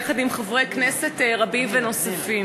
יחד עם חברי כנסת רבים נוספים.